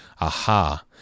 Aha